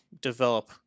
develop